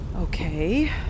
Okay